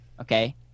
Okay